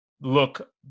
look